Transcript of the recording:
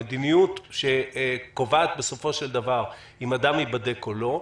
המדיניות שקובעת בסופו של דבר אם אדם ייבדק או לא,